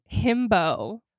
himbo